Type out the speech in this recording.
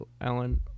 alan